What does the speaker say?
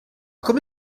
come